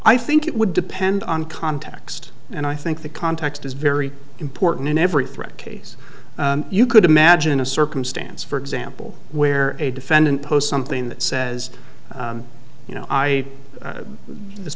i think it would depend on context and i think the context is very important in every threat case you could imagine a circumstance for example where a defendant post something that says you know i this